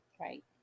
Right